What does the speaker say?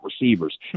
receivers